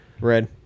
Red